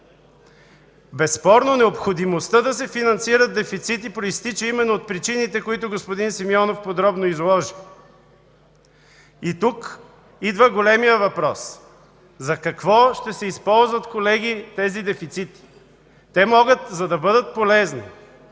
Безспорно необходимостта да се финансират дефицити произтича именно от причините, които господин Симеонов подробно изложи. Тук идва големият въпрос – за какво ще се използват тези дефицити? Те могат, за да бъдат полезни